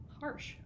harsh